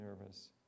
nervous